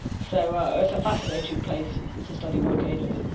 so ah it's a fascinating place to study volcanoes.